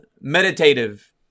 meditative